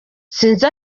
sinzi